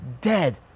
dead